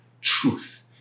truth